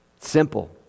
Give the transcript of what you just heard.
Simple